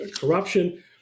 corruption